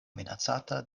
minacata